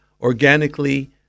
organically